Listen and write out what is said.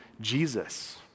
Jesus